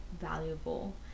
valuable